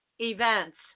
events